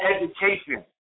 education